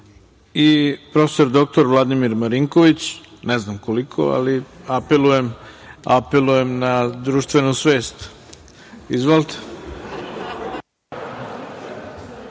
i prof. dr Vladimir Marinković, ne znam koliko, ali apelujem na društvenu svest. Izvolite.